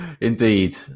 Indeed